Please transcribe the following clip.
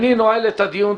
אני נועל את הדיון.